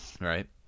right